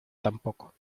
tampoco